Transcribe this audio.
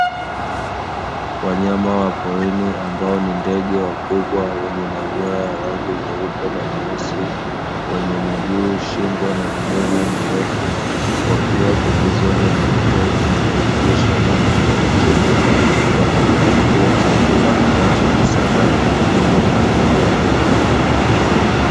Wanyama wa porini ambao ni ndege wakubwa wenye manyoya ya rangi nyeupe na nyeusi; wenye miguu, shingo na midomo mirefu. Wakiwa pembezoni mwa mto unaotiririsha maji taratibu, wakijitafutia chakula ambacho ni samaki pamoja na wadudu wadogo.